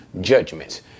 judgments